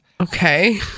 Okay